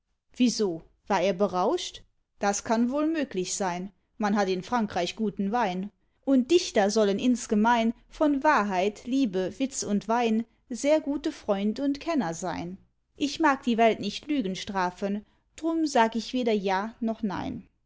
ein wieso war er berauscht das kann wohl möglich sein man hat in frankreich guten wein und dichter sollen insgemein von wahrheit liebe witz und wein sehr gute freund und kenner sein ich mag die welt nicht lügen strafen drum sag ich weder ja noch nein